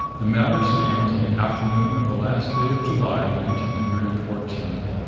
the matter stands on the afternoon of the last day of july, nineteen hundred and fourteen.